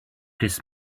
this